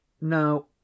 Now